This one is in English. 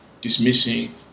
dismissing